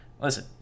Listen